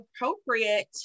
appropriate